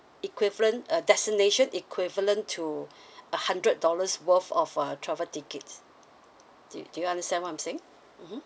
equivalent uh destination equivalent to a hundred dollars worth of uh travel tickets do do you understand what I'm saying mmhmm